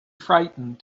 frightened